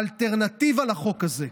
האלטרנטיבה לחוק הזה,